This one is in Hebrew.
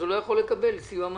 אז הוא לא יכול לקבל סיוע מהממשלה.